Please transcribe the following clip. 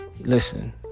Listen